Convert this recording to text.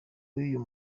uyu